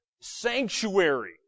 sanctuary